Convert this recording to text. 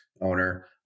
owner